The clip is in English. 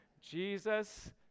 Jesus